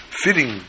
fitting